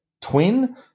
twin